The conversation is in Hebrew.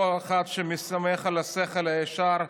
כל אחד שמסתמך על השכל הישר,